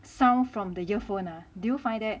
sound from the earphone uh do you find that